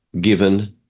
given